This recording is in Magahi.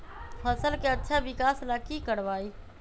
फसल के अच्छा विकास ला की करवाई?